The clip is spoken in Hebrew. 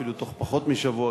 אפילו בתוך פחות משבוע,